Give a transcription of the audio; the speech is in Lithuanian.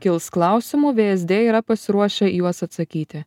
kils klausimų vsd yra pasiruošę į juos atsakyti